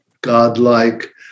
godlike